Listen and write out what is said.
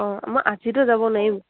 অঁ মই আজিতো যাব নোৱাৰিম